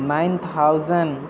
nine thousand